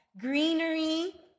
greenery